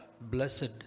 blessed